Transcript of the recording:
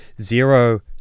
zero